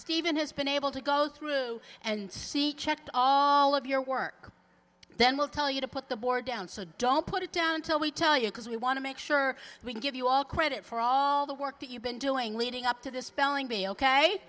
stephen has been able to go through and see checked all of your work then will tell you to put the board down so don't put it down till we tell you because we want to make sure we can give you all credit for all the work that you've been doing leading up to this spelling bee ok